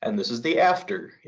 and this is the after.